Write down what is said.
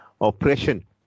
oppression